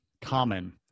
common